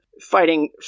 fighting